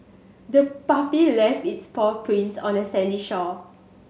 the puppy left its paw prints on the sandy shore